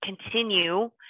continue